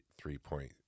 three-point